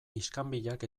iskanbilak